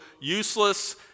useless